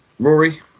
Rory